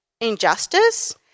injustice